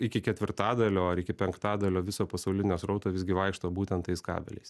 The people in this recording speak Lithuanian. iki ketvirtadalio ar iki penktadalio viso pasaulinio srauto visgi vaikšto būtent tais kabeliais